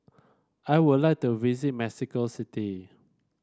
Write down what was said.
I would like to visit Mexico City